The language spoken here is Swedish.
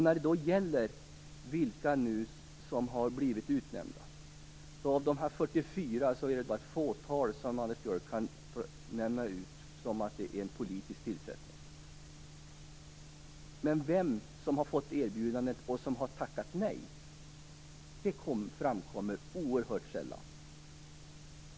När det gäller vilka som nu har blivit utnämnda kan jag säga att av de 44 är det bara ett fåtal som Anders Björck kan peka ut som politiskt tillsatta. Men vem som har fått ett erbjudande och som har tackat nej kommer oerhört sällan fram.